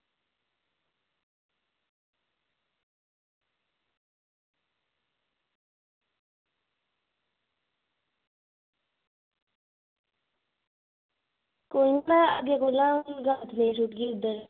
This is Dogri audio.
ते में अग्गें कोला दराड़ नेईं सुट्टगी इद्धर